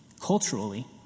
culturally